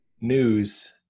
news